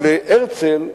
ולהרצל,